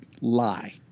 lie